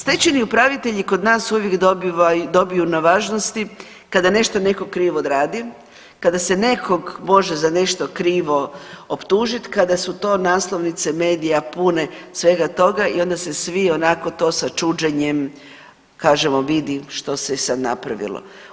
Stečajni upravitelji kod nas uvijek dobiju na važnosti kada nešto netko krivo odradi, kada se nekog može za nešto krivo otpužiti, kada su to naslovnice medije pune svega toga i onda se svi onako to sa čuđenjem kažemo, vidi, što se je sad napravilo.